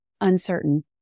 uncertain